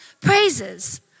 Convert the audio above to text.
praises